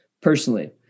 personally